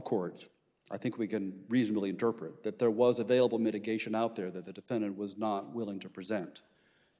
court i think we can reasonably interpret that there was available mitigation out there that the defendant was not willing to present